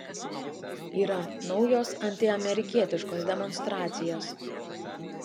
yra naujos antiamerikietiškos demonstracijos